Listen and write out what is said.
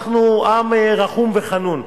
אנחנו עם רחום וחנון.